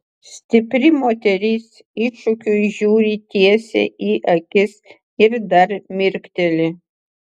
stipri moteris iššūkiui žiūri tiesiai į akis ir dar mirkteli